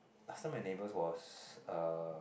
last time my neighbours was uh